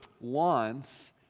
wants